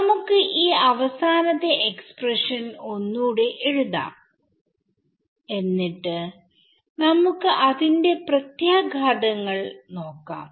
നമുക്ക് ഈ അവസാനത്തെ എക്സ്പ്രഷൻ ഒന്നൂടെ എഴുതാം എന്നിട്ട് നമുക്ക് അതിന്റെ പ്രത്യാഘാതങ്ങൾ നോക്കാം